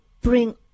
bring